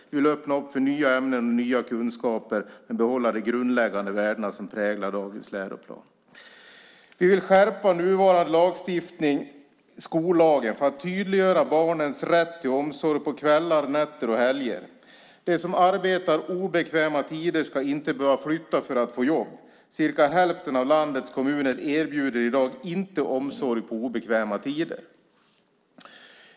Vi vill öppna för nya ämnen och nya kunskaper men behålla de grundläggande värden som präglar dagens läroplan. Vi vill skärpa nuvarande lagstiftning, skollagen, för att tydliggöra barnens rätt till omsorg på kvällar, nätter och helger. De som arbetar på obekväma tider ska inte behöva flytta för att få jobb. Cirka hälften av landets kommuner erbjuder i dag inte omsorg på obekväma tider.